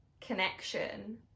connection